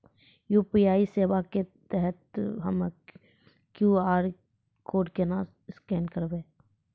UPI सेवा के तहत हम्मय क्यू.आर कोड केना स्कैन करबै?